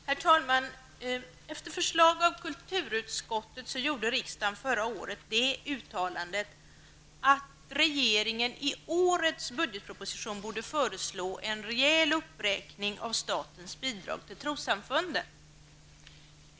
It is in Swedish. Herr talman! Efter förslag av kulturutskottet gjorde riksdagen förra året det uttalandet att regeringen i årets budgetproposition borde föreslå en reell uppräkning av statens bidrag till trossamfunden.